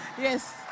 yes